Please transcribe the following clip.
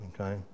Okay